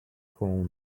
phone